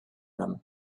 them